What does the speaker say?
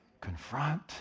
confront